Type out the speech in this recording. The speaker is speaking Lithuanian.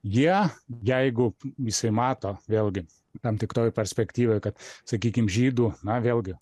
jie jeigu jisai mato vėlgi tam tikroj perspektyvoj kad sakykim žydų na vėlgi